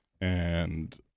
and-